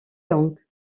langues